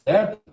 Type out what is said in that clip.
Certo